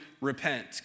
repent